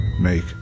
make